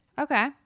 Okay